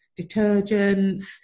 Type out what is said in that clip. detergents